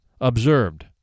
Observed